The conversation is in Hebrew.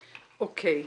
אוקיי.